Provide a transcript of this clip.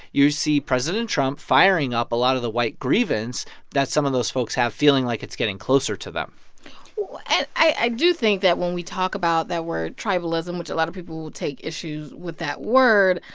you see president trump firing up a lot of the white grievance that some of those folks have, feeling like it's getting closer to them i do think that when we talk about that word tribalism, which a lot of people will take issues with that word.